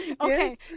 Okay